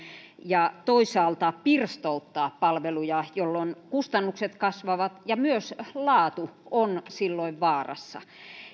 ja toisaalta pirstouttaa palveluja jolloin kustannukset kasvavat ja myös laatu on silloin vaarassa